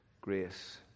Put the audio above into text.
grace